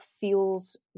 feels